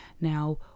Now